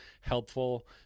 helpful